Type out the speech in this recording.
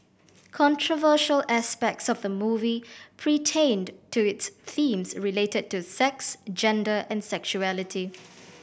controversial aspects of the movie pertained to its themes related to sex gender and sexuality